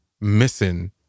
missing